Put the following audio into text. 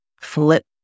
flip